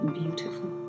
beautiful